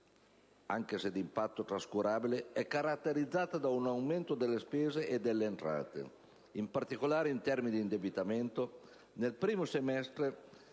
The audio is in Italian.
anche se di impatto trascurabile sui saldi, è caratterizzata da un aumento netto delle spese e delle entrate. In particolare, in termini di indebitamento, nel primo esercizio